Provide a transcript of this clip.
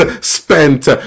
spent